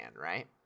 right